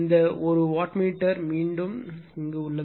இந்த ஒரு watt meter மீண்டும் உள்ளது